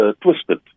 twisted